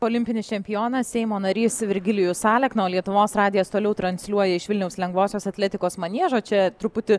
olimpinis čempionas seimo narys virgilijus alekna o lietuvos radijas toliau transliuoja iš vilniaus lengvosios atletikos maniežo čia truputį